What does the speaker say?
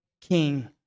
King